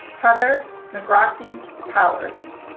heather nagrocki powers.